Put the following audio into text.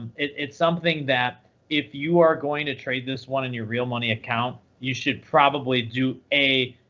it's something that if you are going to trade this one in your real money account, you should probably do, a,